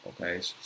okay